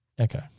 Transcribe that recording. Okay